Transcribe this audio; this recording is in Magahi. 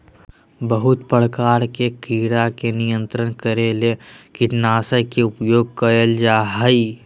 बहुत प्रकार के कीड़ा के नियंत्रित करे ले कीटनाशक के उपयोग कयल जा हइ